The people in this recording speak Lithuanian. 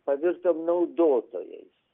pavirtom naudotojais